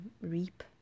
reap